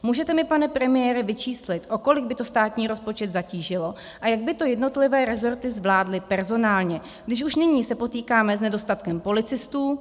Můžete mi, pane premiére, vyčíslit, nakolik by to státní rozpočet zatížilo a jak by to jednotlivé rezorty zvládly personálně, když už nyní se potýkáme s nedostatkem policistů?